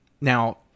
Now